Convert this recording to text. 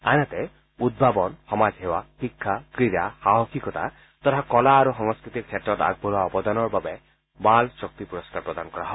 আনহাতে উদ্ভাৱন সমাজসেৱা শিক্ষা ক্ৰীড়া সাহসিকতা তথা কলা আৰু সংস্কৃতিৰ ক্ষেত্ৰত আগবঢ়োৱা অৱদানৰ বাবে বাল শক্তি পুৰস্কাৰ প্ৰদান কৰা হয়